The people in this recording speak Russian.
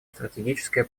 стратегическое